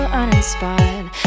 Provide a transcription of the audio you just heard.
uninspired